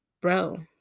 Bro